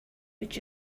would